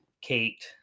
Kate